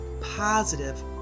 positive